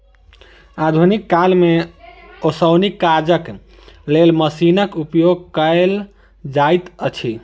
आधुनिक काल मे ओसौनीक काजक लेल मशीनक उपयोग कयल जाइत अछि